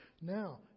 Now